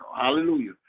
Hallelujah